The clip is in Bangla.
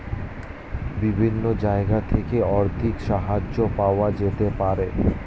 বিভিন্ন জায়গা থেকে আর্থিক সাহায্য পাওয়া যেতে পারে